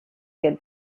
get